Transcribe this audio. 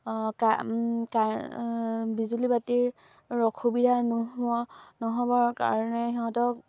বিজুলী বাতিৰ অসুবিধা নোহোৱা নহ'বৰ কাৰণে সিহঁতক